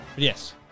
Yes